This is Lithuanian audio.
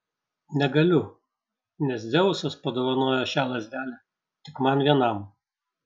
negaliu nes dzeusas padovanojo šią lazdelę tik man vienam